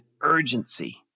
urgency